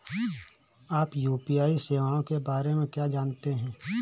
आप यू.पी.आई सेवाओं के बारे में क्या जानते हैं?